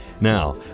now